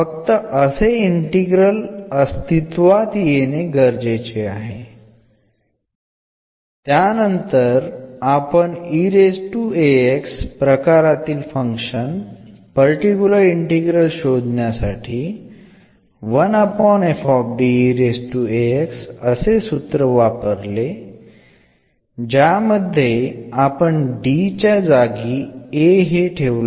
ഇതിലെ ഇന്റഗ്രൽ നമുക്ക് വിലയിരുത്താൻ കഴിയുന്നിടത്തോളം കാലം ഏത് സാഹചര്യത്തിലും ഇത് ഉപയോഗിക്കാം കൂടാതെ പ്രത്യേക ഫോമും ഇന്ന് നമ്മൾ ചർച്ച ചെയ്തിട്ടുണ്ട്